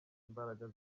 imbaraga